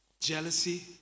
Jealousy